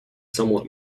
somewhat